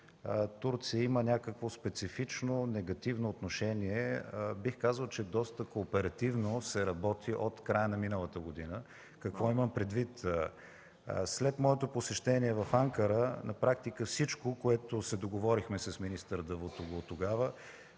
Турция има някакво специфично, негативно отношение. Бих казал, че доста кооперативно се работи от края на миналата година. Какво имам предвид? След моето посещение в Анкара на практика всичко, което договорихме с министър Давутоглу тогава,